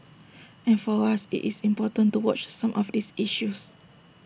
and for us IT is important to watch some of these issues